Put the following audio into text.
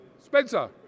Spencer